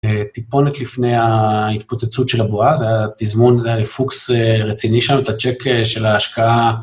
טיפונת לפני ההתפוצצות של הבועה, זה היה תזמון, זה היה פוקס רציני שם, את ה-check של ההשקעה.